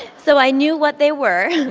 so i knew what they were.